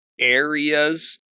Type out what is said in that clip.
areas